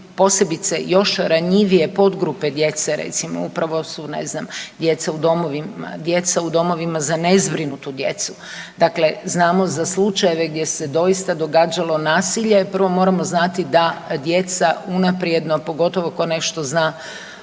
posebice još podgrupe djece recimo upravo su ne znam djeca u domovima, djeca u domovima za nezbrinutu djecu. Dakle, znamo za slučajeve gdje se doista događalo nasilje. Prvo moramo znati da djeca unaprijedno pogotovo tko nešto zna